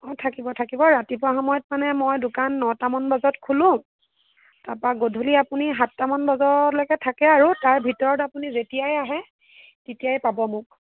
অঁ থাকিব থাকিব ৰাতিপুৱা সময়ত মানে মই দোকান ন'টামান বজাত খোলোঁ তাৰপৰা গধূলি আপুনি সাতটামান বজালৈকে থাকে আৰু তাৰ ভিতৰত আপুনি যেতিয়াই আহে তেতিয়াই পাব মোক